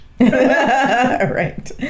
Right